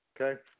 Okay